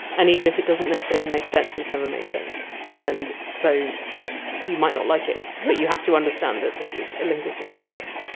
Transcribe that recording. and even if it doesn't necessarily make sense, it's never made sense. and so you might not like it, but you have to understand that this is a linguistic process.